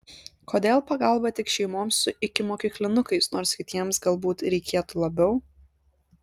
kodėl pagalba tik šeimoms su ikimokyklinukais nors kitiems galbūt reikėtų labiau